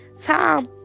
time